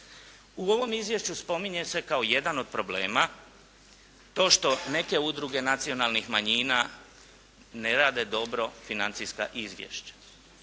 U ovom izvješću spominje se kao jedan od problema to što neke udruge nacionalnih manjina ne rade dobro financijska izvješća.